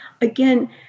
Again